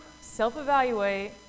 Self-evaluate